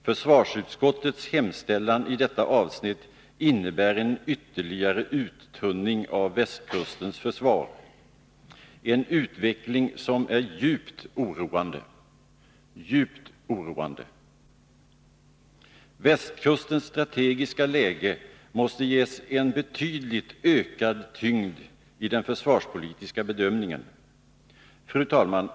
Försvarsutskottets hemställan i detta avsnitt innebär en ytterligare uttunning av västkustens försvar — en utveckling som är djupt oroande. Västkustens strategiska läge måste ges en avsevärt ökad tyngd i den försvarspolitiska bedömningen. Fru talman!